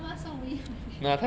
你妈妈送米粉 leh